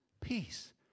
Peace